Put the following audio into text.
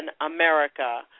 America